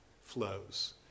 flows